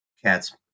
cats